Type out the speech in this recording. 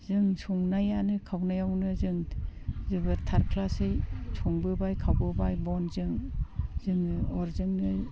जों संनायावनो आरो खावनायावनो जों जोबोद संबोबाय खावबोबाय बनजों जों अरजोंनो